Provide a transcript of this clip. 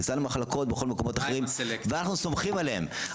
בכניסה למחלקות ובכל המקומות האחרים ואנחנו סומכים את זה.